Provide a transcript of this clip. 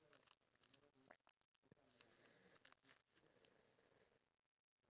in the future right I actually have this plan that I wanted to do